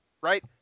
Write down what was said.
right